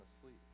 asleep